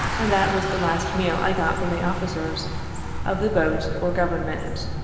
and that was the last meal i got from the officers of the boat or government.